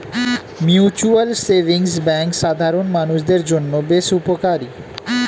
mutual savings bank সাধারণ মানুষদের জন্য বেশ উপকারী